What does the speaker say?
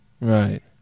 Right